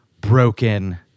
broken